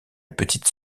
petite